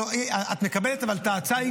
אבל את מקבלת את ההצעה?